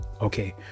Okay